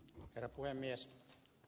herra puhemies